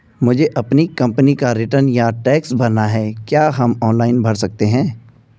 मुझे अपनी कंपनी का रिटर्न या टैक्स भरना है क्या हम ऑनलाइन भर सकते हैं?